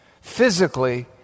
physically